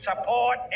support